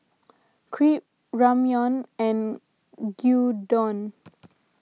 Crepe Ramyeon and Gyudon